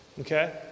Okay